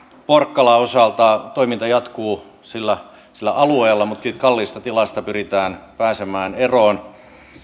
porkkalan osalta toiminta jatkuu sillä sillä alueella mutta siitä kalliista tilasta pyritään pääsemään eroon